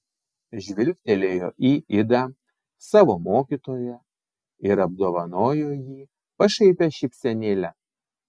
žvilgtelėjo į idą savo mokytoją ir apdovanojo jį pašaipia šypsenėle